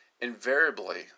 invariably